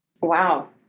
Wow